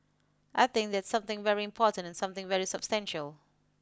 I think that's something very important and something very substantial